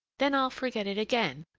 then i'll forget it again,